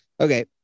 Okay